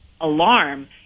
alarm